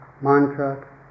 mantra